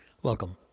Welcome